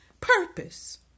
purpose